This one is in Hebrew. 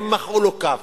הם מחאו לו כף.